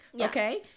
Okay